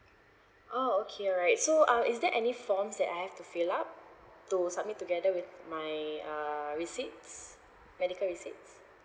oh okay alright so um is there any forms that I have to fill up to submit together with my uh receipts medical receipts